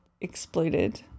exploited